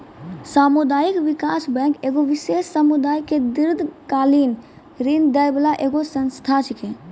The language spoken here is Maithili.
समुदायिक विकास बैंक एगो विशेष समुदाय के दीर्घकालिन ऋण दै बाला एगो संस्था छै